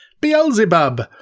Beelzebub